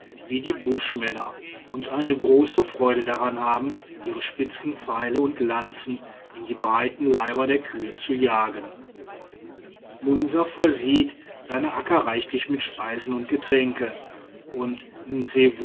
wie die buschmänner und eine große freude daran haben ihre spitzen pfeile und lanzen in die breiten leiber der kühe zu jagen munsa versieht seine akka reichlich mit speisen und getränken und